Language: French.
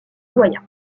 doyen